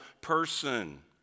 person